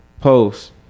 post